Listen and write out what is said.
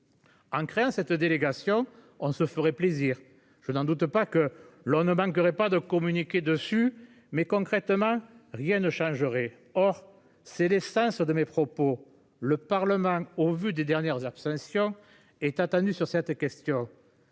En créant cette délégation. On se ferait plaisir. Je n'en doute pas, que l'on ne manquerait pas de communiquer dessus. Mais concrètement, rien ne changerait. Or, c'est le sens de mes propos. Le Parlement au vu des dernières abstention est attendu sur cette question,